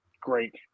great